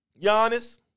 Giannis